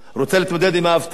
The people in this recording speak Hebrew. רוצה להתמודד עם האבטלה?